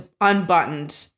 unbuttoned